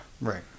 Right